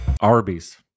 Arby's